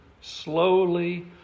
slowly